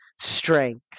strength